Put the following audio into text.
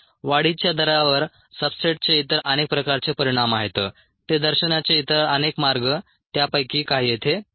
वाढीच्या दरावर सब्सट्रेटचे इतर अनेक प्रकारचे परिणाम आहेत ते दर्शवण्याचे इतर अनेक मार्ग त्यापैकी काही येथे पाहू